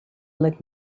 let